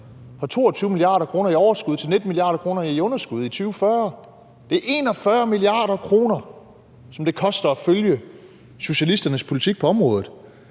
kr. til et underskud på 19 mia. kr. i 2040. Det er 41 mia. kr., som det koster at følge socialisternes politik på området,